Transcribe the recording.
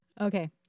Okay